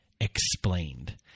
explained